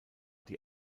die